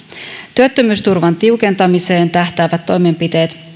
työttömyysturvan tiukentamiseen tähtäävät toimenpiteet